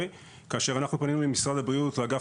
כאשר אנחנו פונים למשרד הבריאות לאגף